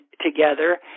together